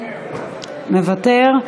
מוותר.